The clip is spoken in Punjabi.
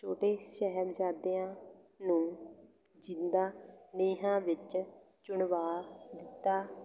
ਛੋਟੇ ਸਾਹਿਬਜ਼ਾਦਿਆਂ ਨੂੰ ਜ਼ਿੰਦਾ ਨੀਹਾਂ ਵਿੱਚ ਚਿਣਵਾ ਦਿੱਤਾ